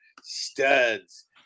Studs